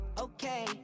Okay